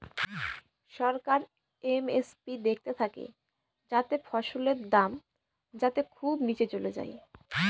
সরকার MSP দেখতে থাকে যাতে ফসলের দাম যাতে খুব নীচে চলে যায়